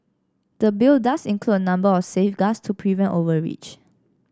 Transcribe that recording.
the Bill does include a number of safeguards to prevent overreach